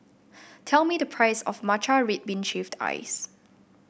tell me the price of Matcha Red Bean Shaved Ice